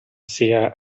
seer